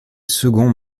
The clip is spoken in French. second